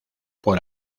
por